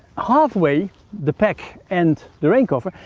halfway the pack and the rain cover,